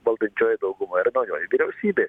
valdančioji dauguma ir naujoji vyriausybė